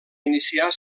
iniciar